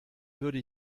würde